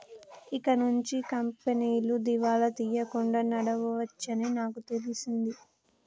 ఇకనుంచి కంపెనీలు దివాలా తీయకుండా నడవవచ్చని నాకు తెలిసింది